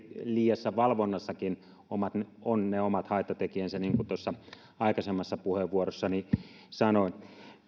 liiassa valvonnassakin on ne omat haittatekijänsä niin kuin tuossa aikaisemmassa puheenvuorossani sanoin